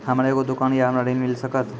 हमर एगो दुकान या हमरा ऋण मिल सकत?